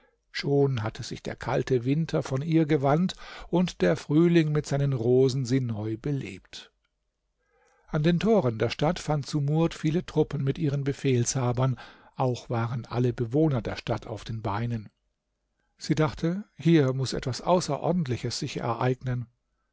schon hatte sich der kalte winter von ihr gewandt und der frühling mit seinen rosen sie neu belebt an den toren der stadt fand sumurd viele truppen mit ihren befehlshabern auch waren alle bewohner der stadt auf den beinen sie dachte hier muß etwas außerordentliches sich ereignen